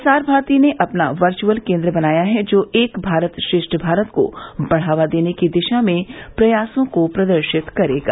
प्रसार भारती ने अपना वर्चअल केन्द्र बनाया है जो एक भारत श्रेष्ठ भारत को बढ़ावा देने की दिशा में प्रयासों को प्रदर्शित करेगा